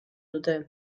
dute